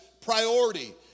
priority